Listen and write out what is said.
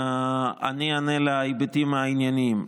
אני אענה על ההיבטים הענייניים.